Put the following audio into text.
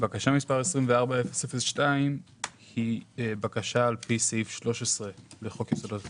בקשה 24002 היא לפי סעיף 13 לחוק יסודות התקציב.